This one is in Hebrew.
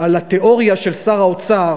מילה אחרונה על התיאוריה של שר האוצר,